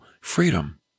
freedom